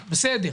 בסדר,